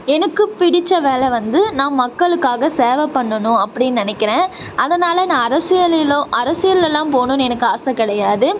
எனக்கு பிடித்த வேலை வந்து நான் மக்களுக்காக சேவை பண்ணனும் அப்படினு நினக்கிறேன் அதனால் நான் அரசியலிலோ அரசியலில்லாம் போகணும்னு எனக்கு ஆசை கிடையாது